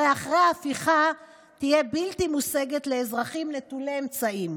הרי אחרי ההפיכה היא תהיה בלתי מושגת לאזרחים נטולי אמצעים.